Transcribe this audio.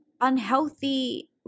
unhealthy